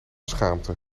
schaamte